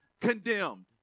condemned